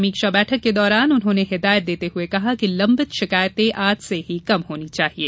समीक्षा बैठक के दौरान उन्होंने हिदायत देते हुए कहा कि लंबित शिकायतें आज से ही कम होनी चाहिये